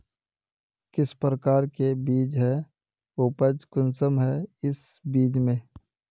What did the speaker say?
किस प्रकार के बीज है उपज कुंसम है इस बीज में?